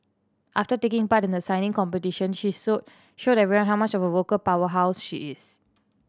after taking part in the signing competition she so showed everyone how much of a vocal powerhouse she is